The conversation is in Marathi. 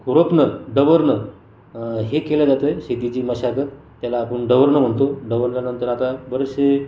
खुरपणं डवरणं हे केल्या जातं आहे शेतीची मशागत त्याला आपण डवरणं म्हणतो डवरल्यानंतर आता बरेचसे